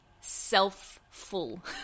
self-full